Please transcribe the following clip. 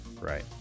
Right